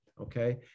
okay